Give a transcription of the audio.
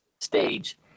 stage